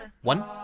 One